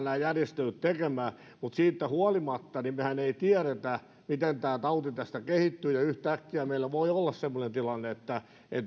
nämä järjestelyt tekemään siitä huolimatta mehän emme tiedä miten tämä tauti tästä kehittyy ja yhtäkkiä meillä voi olla semmoinen tilanne että